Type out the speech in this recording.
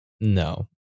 No